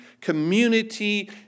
community